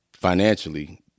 financially